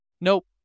Nope